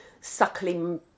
suckling